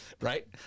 right